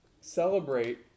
celebrate